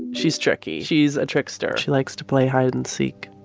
she's tricky. she's a trickster. she likes to play hide-and-seek.